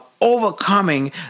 overcoming